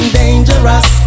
dangerous